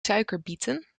suikerbieten